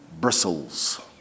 bristles